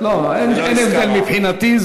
אין הבדל מבחינתי,